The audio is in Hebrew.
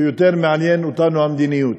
ויותר מעניינת אותנו המדיניות.